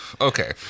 Okay